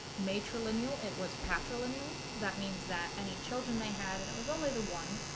maitre lineal it was patrilineal that means that any children they had and it was only the one